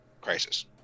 crisis